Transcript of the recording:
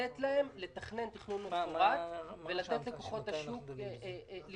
לתכנן תכנון מפורט ולתת לכוחות השוק לפעול,